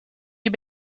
you